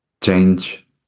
Change